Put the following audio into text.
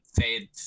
fade